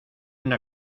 una